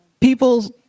people